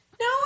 no